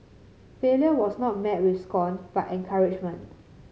failure was not met with scorn but encouragement